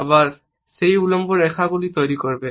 আবার সেই উল্লম্ব রেখাগুলি তৈরি করবে